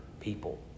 people